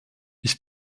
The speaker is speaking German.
ich